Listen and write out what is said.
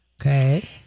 Okay